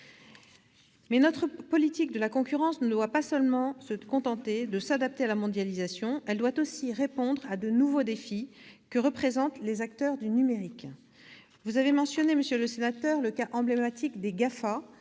notre politique de la concurrence ne doit pas seulement se contenter de s'adapter à la mondialisation. Elle doit aussi répondre aux nouveaux défis que représentent les acteurs du numérique. Vous avez mentionné, monsieur Yung, le cas emblématique des GAFA.